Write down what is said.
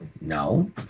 no